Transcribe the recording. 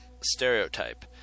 stereotype